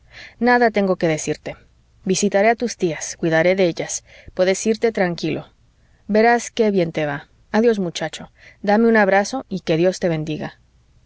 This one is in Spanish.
nada tengo que decirte visitaré a tus tías cuidaré de ellas puedes irte tranquilo verás qué bien te va adiós muchacho dame un abrazo y que dios te bendiga